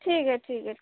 ठीक है ठीक है ठीक